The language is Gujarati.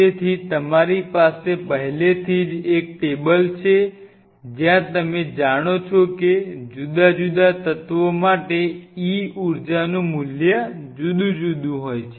તેથી તમારી પાસે પહેલેથી જ એક ટેબલ છે જ્યાં તમે જાણો છો કે જુદા જુદા તત્વો માટે e ઊર્જાનું મૂલ્ય જુદું જુદું છે